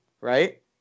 Right